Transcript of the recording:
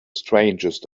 strangest